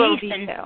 Jason